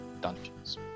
Dungeons